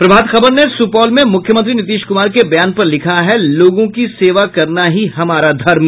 प्रभात खबर ने सुपौल में मुख्यमंत्री नीतीश कुमार के बयान पर लिखा है लोगों की सेवा करना ही हमारा धर्म